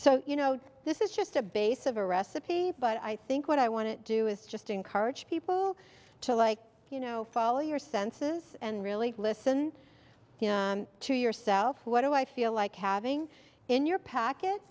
so you know this is just a base of a recipe but i think what i want to do is just encourage people to like you know follow your senses and really listen to yourself what do i feel like having in your packet